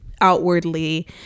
outwardly